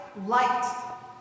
light